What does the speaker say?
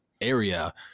area